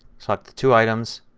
select the two items,